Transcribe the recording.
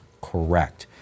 correct